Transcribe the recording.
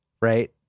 right